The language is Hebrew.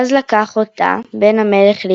אז לקח אותה בן המלך לאשה,